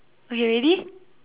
okay ready